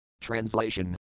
Translation